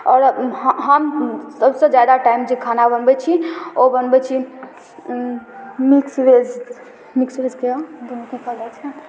आओर हम सबसँ ज्यादा टाइम जे खाना बनबै छी ओ बनबै छी मिक्स वेज मिक्सवेजके